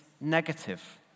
negative